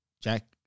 Jack